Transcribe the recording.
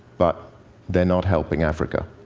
but they're not helping africa.